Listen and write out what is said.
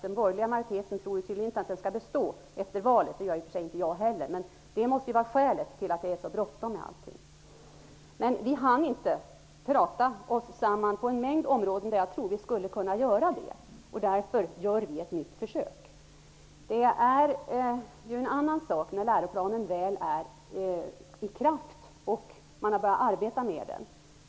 Den borgerliga majoriteten tror tydligen inte att den skall bestå efter valet. Det gör i och för sig inte jag heller. Det måste vara skälet till att det är så bråttom med allting. Vi hann inte prata oss samman på en mängd områden där jag tror att vi skulle kunna göra det. Därför gör vi ett nytt försök. Det är en annan sak när läroplanen väl är i kraft och man har börjat arbeta med den.